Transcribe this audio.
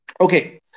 Okay